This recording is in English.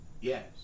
Yes